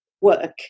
work